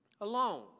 alone